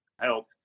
help